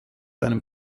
einem